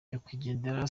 nyakwigendera